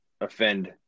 offend